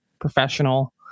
professional